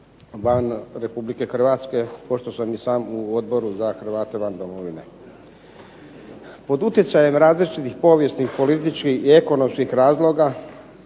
van Republike Hrvatske, pošto sam i sam u Odboru za Hrvate van domovine. Pod utjecajem različitih povijesnih, političkih i ekonomskih razloga